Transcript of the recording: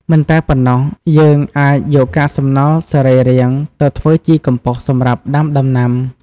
មិនតែប៉ុណ្ណោះ យើងអាចយកកាកសំណល់សរីរាង្គទៅធ្វើជីកំប៉ុស្តិ៍សម្រាប់ដាំដំណាំ។